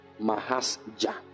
Mahasja